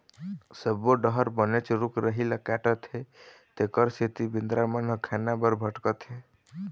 सब्बो डहर बनेच रूख राई ल काटत हे तेखर सेती बेंदरा मन ह खाना बर भटकत हे